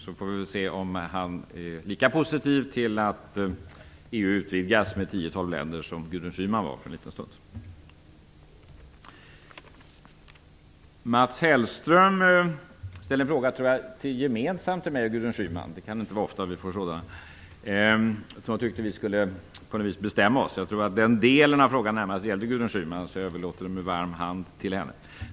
Då får vi se om han är lika positiv till att EU utvidgas med 10-12 länder som Gudrun Schyman var för en liten stund sedan. Mats Hellström ställde en fråga gemensamt till mig och Gudrun Schyman. Det kan inte vara ofta som vi får sådana. Han tyckte att vi på något vis skulle bestämma oss. Jag tror att den då aktuella delen av frågan närmast gällde Gudrun Schyman, så jag överlåter den med varm hand till henne.